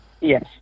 Yes